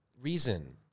reason